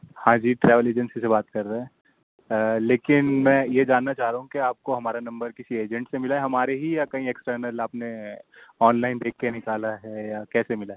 ہاں جی travel agency سے بات کر رہے ہیں لیکن میں یہ جاننا چاہ رہا ہوں کہ آپ کو ہمارا نمبر کسی ایجنٹ سے ملا ہے ہمارے ہی یا کہیں ایکسٹرنل آپ نے آن لائن دیکھ کے نکالا ہے یا کیسے ملا